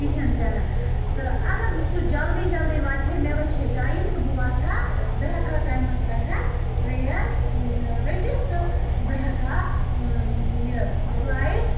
کِہیٖنۍ تہِ نہٕ تہٕ اگر وۄنۍ سُہ جلدی جلدی واتہِ ہے مےٚ بَچہے ٹایم تہٕ بہٕ واتہٕ ہَہ بہٕ ہٮ۪کہٕ ہَہ ٹایمَس پٮ۪ٹھ ٹرٛین رٔٹِتھ تہٕ بہٕ ہٮ۪کہٕ ہَہ یہِ فٕلایِٹ